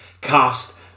cast